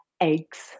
eggs